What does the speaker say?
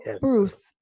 Bruce